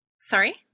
Sorry